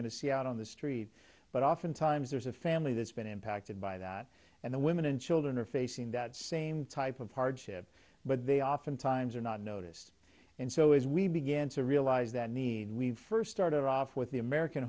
to see out on the st but oftentimes there's a family that's been impacted by that and the women and children are facing that same type of hardship but they oftentimes are not noticed and so as we began to realize that need we first started off with the american